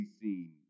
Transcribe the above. seen